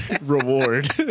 reward